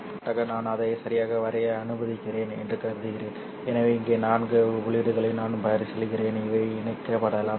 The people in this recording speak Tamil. எடுத்துக்காட்டாக நான் அதை சரியாக வரைய அனுமதிக்கிறேன் என்று கருதுகிறேன் எனவே இங்கே நான்கு உள்ளீடுகளை நான் பரிசீலிக்கிறேன் இவை இணைக்கப்படலாம்